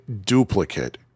duplicate